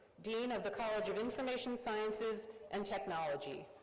dean of the college of information sciences and technology.